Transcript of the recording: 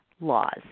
laws